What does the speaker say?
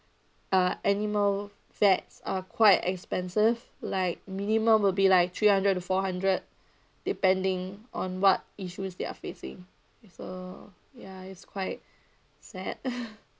uh animal vets are quite expensive like minimum will be like three hundred to four hundred depending on what issues they are facing so ya is quite sad